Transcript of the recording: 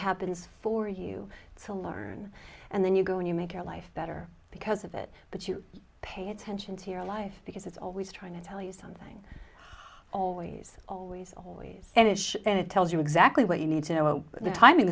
happens for you to learn and then you go and you make your life better because of it but you pay attention to your life because it's always trying to tell you something always always always and it and it tells you exactly what you need to